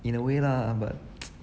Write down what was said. in a way lah but